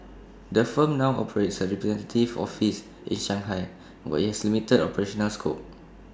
the firm now operates A representative office in Shanghai where IT has limited operational scope